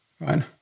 Right